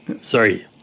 Sorry